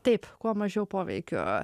taip kuo mažiau poveikių